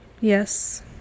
Yes